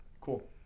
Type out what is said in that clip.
cool